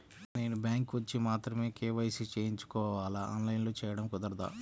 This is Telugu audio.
నేను బ్యాంక్ వచ్చి మాత్రమే కే.వై.సి చేయించుకోవాలా? ఆన్లైన్లో చేయటం కుదరదా?